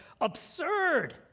absurd